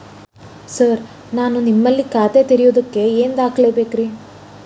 Sir ನಾನು ನಿಮ್ಮಲ್ಲಿ ಖಾತೆ ತೆರೆಯುವುದಕ್ಕೆ ಏನ್ ದಾಖಲೆ ಬೇಕ್ರಿ?